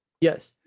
Yes